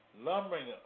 lumbering